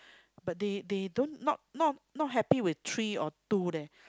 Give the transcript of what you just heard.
but they they don't not not not happy with three or two leh